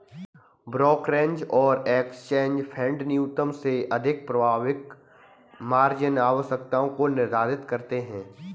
brokerage और exchange फेडन्यूनतम से अधिक प्रारंभिक मार्जिन आवश्यकताओं को निर्धारित करते हैं